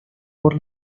por